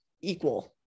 equal